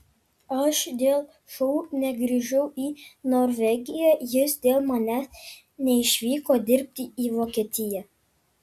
aš dėl šou negrįžau į norvegiją jis dėl manęs neišvyko dirbti į vokietiją